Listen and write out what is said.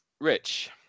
Rich